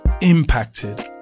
impacted